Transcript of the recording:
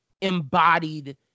embodied